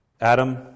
Adam